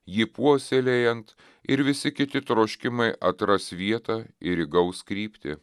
jį puoselėjant ir visi kiti troškimai atras vietą ir įgaus kryptį